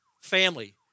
family